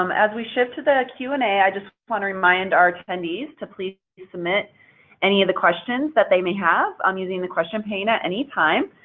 um as we shift to the q and a i just want to remind our attendees to please submit any of the questions that they may have um using the question pane at any time.